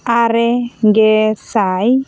ᱟᱨᱮ ᱜᱮ ᱥᱟᱭ